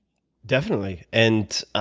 definitely. and, ah